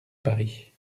paris